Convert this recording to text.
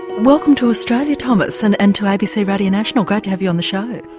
welcome to australia, thomas, and and to abc radio national, great to have you on the show.